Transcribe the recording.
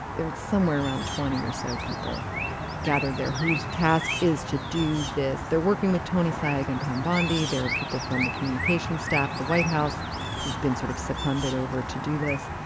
there it's somewhere around twenty or so people gathered there whose task is to do this. they're working with tony saige like and pam bondi. there are people from the communications staff at the white house who've been sort of seconded over to do this.